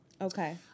Okay